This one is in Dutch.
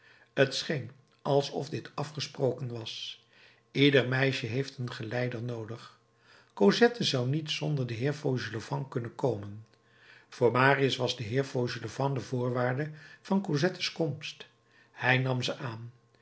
t scheen alsof dit afgesproken was ieder meisje heeft een geleider noodig cosette zou niet zonder den heer fauchelevent kunnen komen voor marius was de heer fauchelevent de voorwaarde van cosettes komst hij nam ze aan